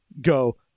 go